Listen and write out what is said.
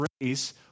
race